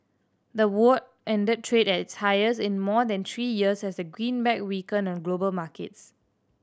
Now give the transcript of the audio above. the won ended trade at its highest in more than three years as the greenback weakened on global markets